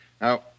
Now